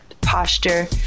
posture